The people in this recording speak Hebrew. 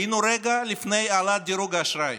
היינו רגע לפני העלאת דירוג האשראי.